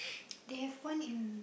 they have one in